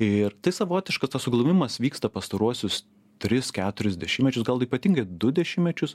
ir tai savotiškas tas suglumimas vyksta pastaruosius tris keturis dešimtmečius gal ypatingai du dešimtmečius